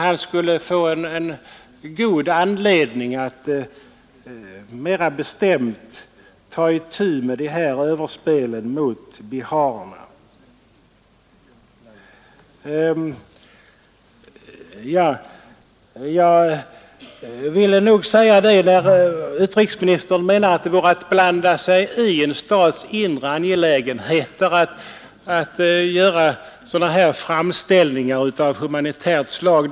Han skulle få en god anledning att mera bestämt ta itu med de här övergreppen mot biharerna. Utrikesministern menar att detta vore att blanda sig i en stats inre angelägenheter att göra sådana här framställningar av humanitärt slag.